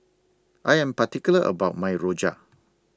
I Am particular about My Rojak